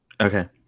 Okay